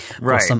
Right